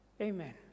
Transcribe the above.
Amen